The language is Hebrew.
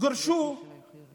גורשו